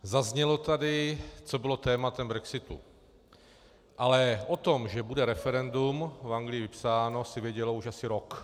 Zaznělo tady, co bylo tématem brexitu, ale o tom, že bude referendum v Anglii vypsáno, se vědělo už asi rok.